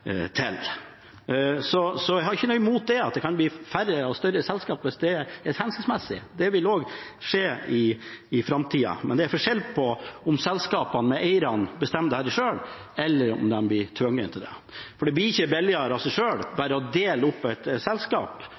til. Jeg har ingenting imot at det kan bli færre og større selskaper, hvis det er hensiktsmessig. Det vil også skje i framtida. Men det er forskjell på om selskapene, ved eierne, bestemmer dette selv, eller om de blir tvunget til det. Det blir ikke billigere av seg selv, ved bare å dele opp et selskap.